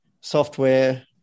software